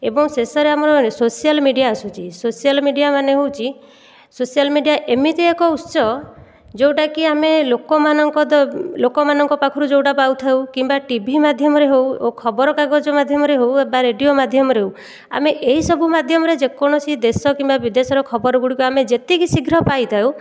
ଏବଂ ଶେଷରେ ଆମର ସୋସିଆଲ ମିଡ଼ିଆ ଆସୁଛି ସୋସିଆଲ ମିଡ଼ିଆମାନେ ହେଉଛି ସୋସିଆଲ ମିଡ଼ିଆ ଏମିତି ଏକ ଉତ୍ସ ଯେଉଁଟାକି ଆମେ ଲୋକମାନଙ୍କ ଦ ଲୋକମାନଙ୍କ ପାଖରୁ ଯେଉଁଟା ପାଉଥାଉ କିମ୍ବା ଟିଭି ମାଧ୍ୟମରେ ହେଉ ଓ ଖବରକାଗଜ ମାଧ୍ୟମରେ ହେଉ ଏବା ରେଡ଼ିଓ ମାଧ୍ୟମରେ ହେଉ ଆମେ ଏହି ସବୁ ମାଧ୍ୟମରେ ଯେକୌଣସି ଦେଶ କିମ୍ବା ବିଦେଶର ଖବର ଗୁଡ଼ିକ ଆମେ ଯେତିକି ଶୀଘ୍ର ପାଇଥାଉ